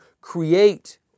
create